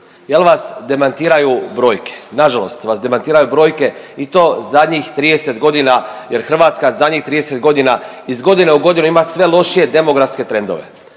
jel vas demantiraju brojke, nažalost vas demantiraju brojke i to zadnjih 30 godina jer Hrvatska zadnjih 30 godina iz godine u godinu ima sve lošije demografske trendove.